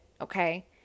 okay